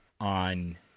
on